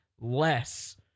less